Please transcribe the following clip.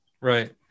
right